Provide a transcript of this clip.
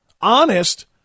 honest